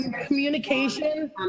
Communication